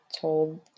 told